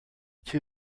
too